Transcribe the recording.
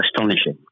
astonishing